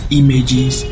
images